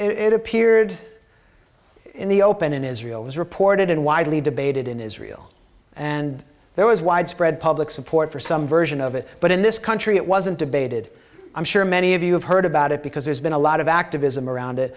appeared in the open in israel was reported and widely debated in israel and there was widespread public support for some version of it but in this country it wasn't debated i'm sure many of you have heard about it because there's been a lot of activism around it